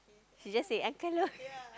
she just say uncle loh